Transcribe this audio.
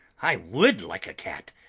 i would like a cat!